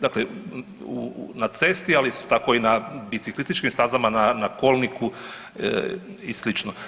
Dakle na cesti, ali isto tako i na biciklističkim stazama na kolniku i slično.